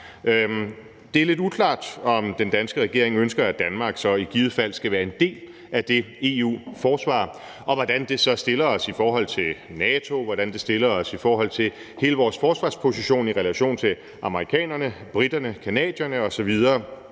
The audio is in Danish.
Det er lidt uklart, om den danske regering ønsker, at Danmark så i givet fald skal være en del af det EU-forsvar, og hvordan det så stiller os i forhold til NATO, og hvordan det stiller os i forhold til hele vores forsvarsposition i relation til amerikanerne, briterne, canadierne osv.